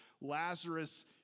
Lazarus